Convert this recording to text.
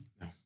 No